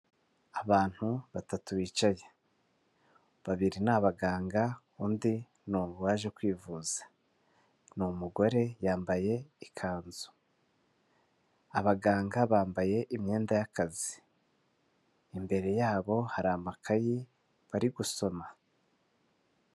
Abantu batatu bicaye, babiri ni abaganga undi ni uwaje kwivuza, ni umugore yambaye ikanzu. Abaganga bambaye imyenda y'akazi, imbere yabo hari amakayi bari gusoma.